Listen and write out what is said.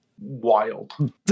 Wild